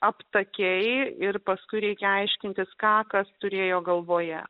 aptakiai ir paskui reikia aiškintis ką kas turėjo galvoje